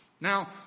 Now